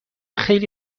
خیلی